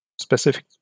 specific